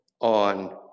on